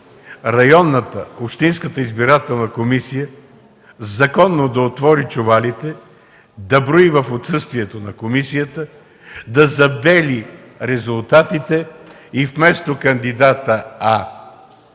районната, общинската избирателна комисия законно да отвори чувалите, да брои в отсъствието на комисията, да забели резултатите и вместо кандидата „А”,